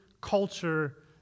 culture